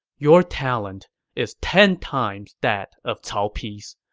your talent is ten times that of cao pi's.